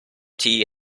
tea